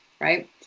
right